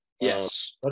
Yes